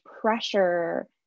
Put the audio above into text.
pressure